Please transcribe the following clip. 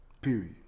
period